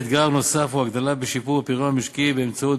אתגר נוסף הוא הגדלה ושיפור של הפריון המשקי באמצעות,